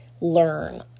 learn